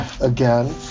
again